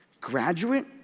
graduate